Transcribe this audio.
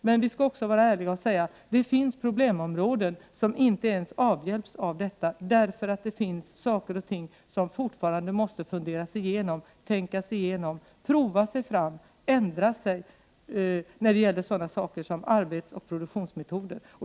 Men vi skall också vara ärliga och säga att det finns problem som inte kan avhjälpas på grund av att man måste tänka igenom saker och ting, prova sig fram samt ändra arbetsmetoder och produktionsmetoder.